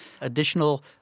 additional